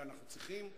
אנחנו צריכים,